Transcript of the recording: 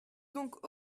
donc